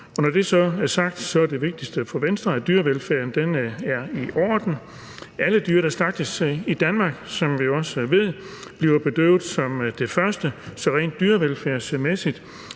når det så er sagt, er det vigtigste for Venstre, at dyrevelfærden er i orden. Alle dyr, der slagtes i Danmark, bliver, som vi også ved, bedøvet som det første, så rent dyrevelfærdsmæssigt